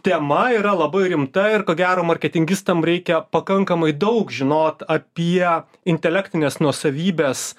tema yra labai rimta ir ko gero marketingistam reikia pakankamai daug žinot apie intelektinės nuosavybės